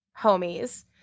homies